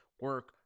Work